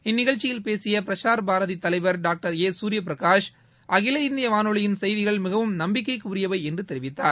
இந்நிகழ்ச்சியில் பேசிய பிரசார் பாரதி தலைவர் டாக்டர் ஏ சூரிய பிரகாஷ் அகில இந்திய வானொலியின் செய்திகள் மிகவும் நம்பிக்கைக்கு உரியவை என்று தெரிவித்தார்